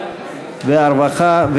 הצעת החוק הבאה היא